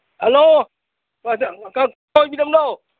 hello ꯀꯅꯥ ꯑꯣꯏꯕꯤꯔꯕꯅꯣ